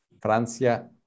Francia